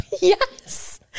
yes